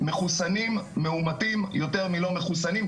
מחוסנים מאומתים יותר מאשר לא מחוסנים,